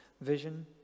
vision